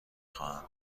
خواهم